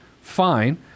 Fine